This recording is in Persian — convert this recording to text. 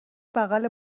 بغل